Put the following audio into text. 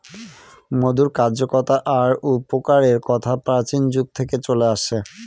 মধুর কার্যকতা আর উপকারের কথা প্রাচীন যুগ থেকে চলে আসছে